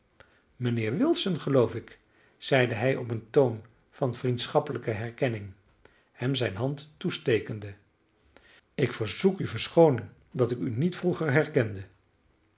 mijnheer wilson geloof ik zeide hij op een toon van vriendschappelijke herkenning hem zijne hand toestekende ik verzoek u verschooning dat ik u niet vroeger herkende